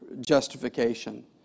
justification